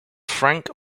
frank